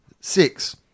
Six